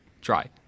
try